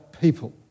people